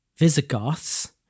Visigoths